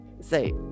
Say